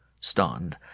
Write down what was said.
stunned